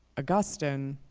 agustin,